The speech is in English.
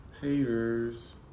haters